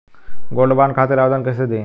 Gold bond खातिर आवेदन कैसे दिही?